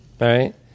right